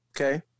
Okay